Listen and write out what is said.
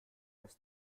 das